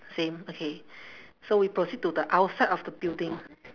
same okay so we proceed to the outside of the building